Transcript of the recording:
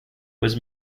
was